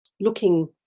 looking